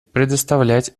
представлять